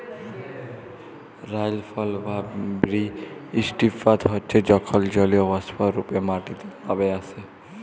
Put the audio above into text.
রাইলফল বা বিরিস্টিপাত হচ্যে যখল জলীয়বাষ্প রূপে মাটিতে লামে আসে